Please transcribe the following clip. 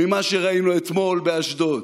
מה שראינו אתמול באשדוד.